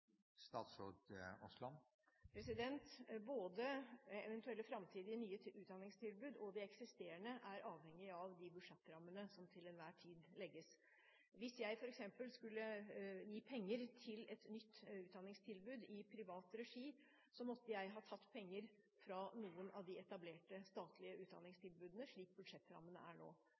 Både eventuelle framtidige, nye utdanningstilbud og de eksisterende er avhengig av de budsjettrammene som til enhver tid legges. Hvis jeg f.eks. skulle gi penger til et nytt utdanningstilbud i privat regi, måtte jeg ha tatt penger fra noen av de etablerte, statlige utdanningstilbudene, slik budsjettrammene er nå,